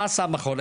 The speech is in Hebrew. מה עשה המכון?